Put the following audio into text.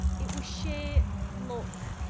it was sheer luck.